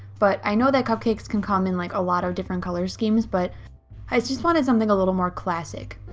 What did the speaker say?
but i know that cupcakes can come in like a lot of different color schemes, but i just wanted something a little more classic.